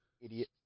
idiot